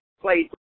played